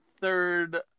third